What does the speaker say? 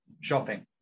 shopping